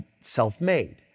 self-made